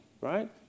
right